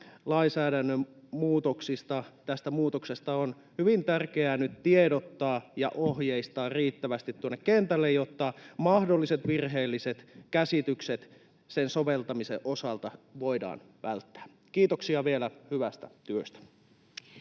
lainsäädännön muutoksesta on hyvin tärkeää nyt tiedottaa ja ohjeistaa riittävästi tuonne kentälle, jotta mahdolliset virheelliset käsitykset sen soveltamisen osalta voidaan välttää. Kiitoksia vielä hyvästä työstä.